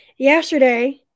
Yesterday